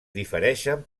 difereixen